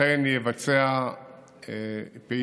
אכן יבצע פעילות